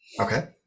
Okay